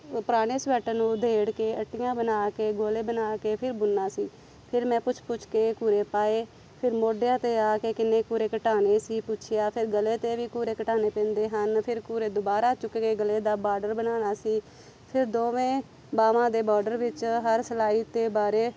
ਉਹ ਪੁਰਾਣੇ ਸਵੈਟਰ ਨੂੰ ਉਦੇੜ ਕੇ ਅੱਟੀਆਂ ਬਣਾ ਕੇ ਗੋਲੇ ਬਣਾ ਕੇ ਫਿਰ ਬੁਣਨਾ ਸੀ ਫਿਰ ਮੈਂ ਪੁੱਛ ਪੁੱਛ ਕੇ ਘੂਰੇ ਪਾਏ ਫਿਰ ਮੋਢਿਆਂ 'ਤੇ ਆ ਕੇ ਕਿੰਨੇ ਘੂਰੇ ਘਟਾਣੇ ਸੀ ਪੁੱਛਿਆ ਫਿਰ ਗਲੇ 'ਤੇ ਵੀ ਘੂਰੇ ਘਟਾਉਣੇ ਪੈਂਦੇ ਹਨ ਫਿਰ ਘੂਰੇ ਦੁਬਾਰਾ ਚੁੱਕਣੇ ਗਲੇ ਦਾ ਬਾਰਡਰ ਬਣਾਉਣਾ ਸੀ ਫਿਰ ਦੋਵੇਂ ਬਾਹਾਂ ਦੇ ਬੋਰਡਰ ਵਿੱਚ ਹਰ ਸਲਾਈ ਉੱਤੇ ਬਾਰੇ